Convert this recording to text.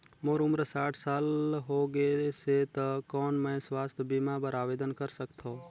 मोर उम्र साठ साल हो गे से त कौन मैं स्वास्थ बीमा बर आवेदन कर सकथव?